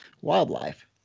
wildlife